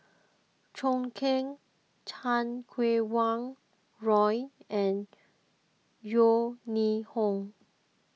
Zhou Can Chan Kum Wah Roy and Yeo Ning Hong